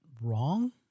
wrong